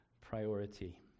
priority